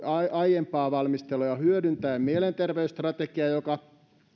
aiempia valmisteluja hyödyntäen mielenterveysstrategian joka